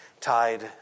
tied